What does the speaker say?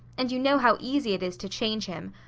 and you know how easy it is to change him.